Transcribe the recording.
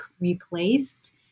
replaced